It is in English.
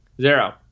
Zero